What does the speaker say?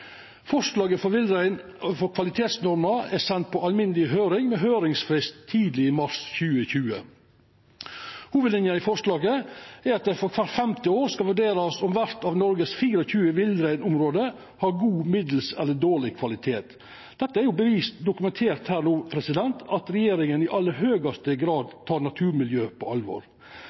for villreinen. Forslaget om kvalitetsnorm for villrein er sendt på alminneleg høyring, med høyringsfrist tidleg i mars 2020. Hovudlinja i forslaget er at det kvart femte år skal vurderast om kvart av Noregs 24 villreinområde har god, middels eller dårleg kvalitet. Det er dokumentert her no at regjeringa i aller høgaste grad tek naturmiljø på alvor.